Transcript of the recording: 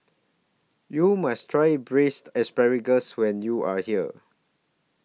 YOU must Try Braised Asparagus when YOU Are here